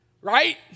right